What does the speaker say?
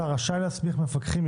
השר רשאי להסמיך מפקחים,